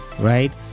right